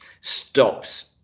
stops